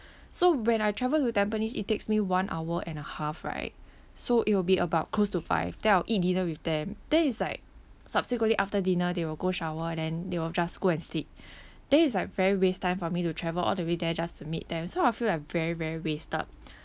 so when I travel to tampines it takes me one hour and a half right so it will be about close to five then I'll eat dinner with them then it's like subsequently after dinner they will go shower and then they will just go and sleep then it's like very waste time for me to travel all the way there just to meet them so I'll feel like very very wasted